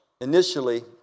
initially